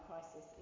crisis